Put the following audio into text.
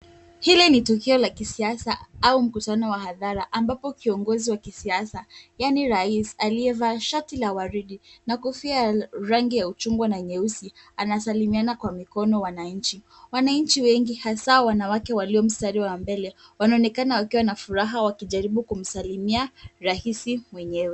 Hili ni tukio la kisiasa au mkutano wa hadhara ambapo kiongozi wa siasa yaani rais aliyevaa shati la waridi na kofia ya rangi ya uchungwa na nyeusi anasalimiana kwa mikono wananchi. Wananchi wengi hasa wanawake walio mstari wa mbele wanaonekana wakiwa na furaha wakijaribu kumsalimia rais mwenyewe.